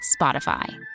Spotify